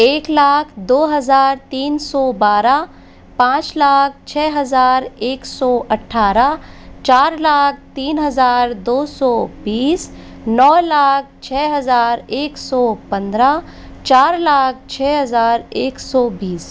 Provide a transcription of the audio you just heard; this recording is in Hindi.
एक लाख दो हज़ार तीन सौ बारह पाँच लाख छः हज़ार एक सौ अट्ठारह चार लाख तीन हज़ार दो सौ बीस नौ लाख छः हज़ार एक सौ पंद्रह चार लाख छः हज़ार एक सौ बीस